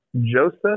Joseph